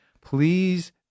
Please